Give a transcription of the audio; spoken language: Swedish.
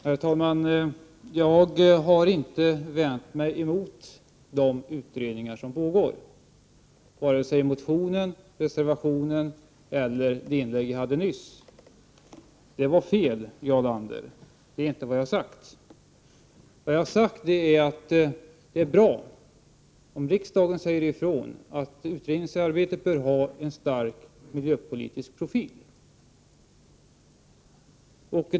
Herr talman! Jag har inte vänt mig emot de utredningar som pågår, vare sig i motionen, reservationen eller i det inlägg jag hade nyss. Det var fel, Jarl Lander. Det är inte vad jag har sagt. Vad jag har sagt är att det är bra om riksdagen säger ifrån att utredningsarbetet bör ha en stark miljöpolitisk profil.